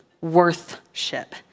Worth-ship